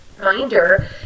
reminder